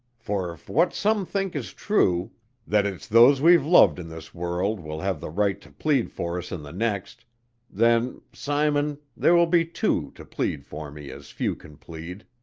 for if what some think is true that it's those we've loved in this world will have the right to plead for us in the next then, simon, there will be two to plead for me as few can plead.